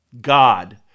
God